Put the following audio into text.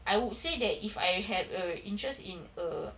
I would say that if I have a interest in err